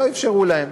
לא אפשרו להם.